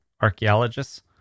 archaeologists